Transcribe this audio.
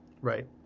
right